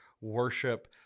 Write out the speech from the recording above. worship